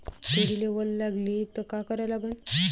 तुरीले वल लागली त का करा लागन?